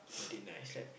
Madinah